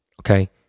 okay